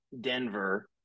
Denver